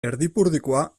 erdipurdikoa